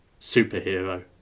superhero